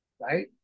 right